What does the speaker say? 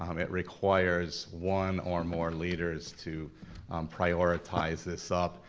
um it requires one or more leaders to prioritize this up,